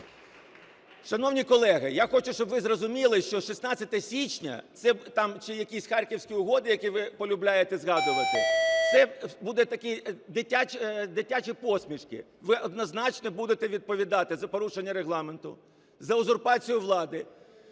Шановні колеги, я хочу, щоб ви зрозуміли, що 16 січня чи якісь Харківські угоди, які ви полюбляєте згадувати, це будуть такі дитячі посмішки. Ви однозначно будете відповідати за порушення Регламенту, за узурпацію влади.